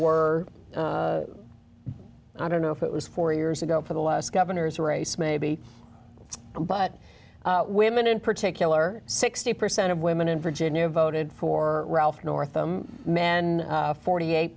were i don't know if it was four years ago for the last governor's race maybe but women in particular sixty percent of women in virginia voted for ralph northam men forty eight